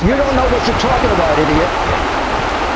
you don't know what you're talking about idiot. yeah that guy